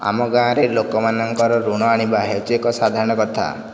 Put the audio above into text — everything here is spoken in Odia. ଆମ ଗାଁରେ ଲୋକମାନଙ୍କର ଋଣ ଆଣିବା ହେଉଛି ଏକ ସାଧାରଣ କଥା